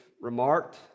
remarked